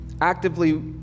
Actively